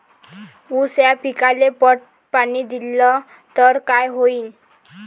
ऊस या पिकाले पट पाणी देल्ल तर काय होईन?